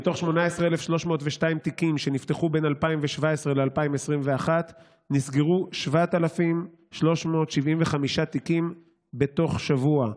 מתוך 18,302 תיקים שנפתחו בין 2017 ל-2021 נסגרו 7,375 תיקים בתוך שבוע.